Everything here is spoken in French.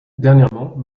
dernièrement